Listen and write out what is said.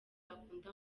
akunda